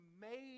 made